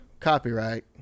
copyright